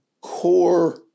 core